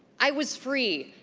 i was free.